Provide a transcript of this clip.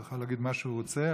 הוא יכול להגיד מה שהוא רוצה,